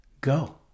Go